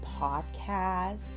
podcast